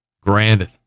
granted